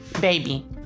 baby